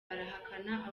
arahakana